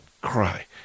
cry